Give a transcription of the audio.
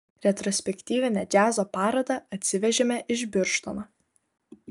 retrospektyvinę džiazo parodą atsivežėme iš birštono